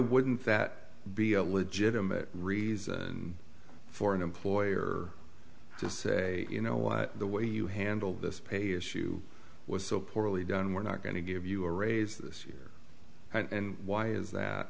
wouldn't that be a legitimate reason for an employer to say you know what the way you handle this pay issue was so poorly done we're not going to give you a raise this year and why is that